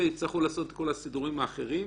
יצטרכו לעשות את כל הסידורים האחרים,